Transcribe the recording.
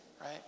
right